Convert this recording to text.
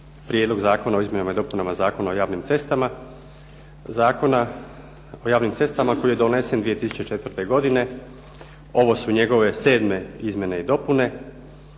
Prijedlog zakona o izmjenama i dopunama Zakona o javnim cestama, Zakona o javnim cestama koji je donesen 2004. godine, ovo su njegove sedme izmjene i dopune.